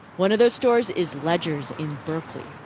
one of those stores is ledger's in berkeley.